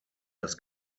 das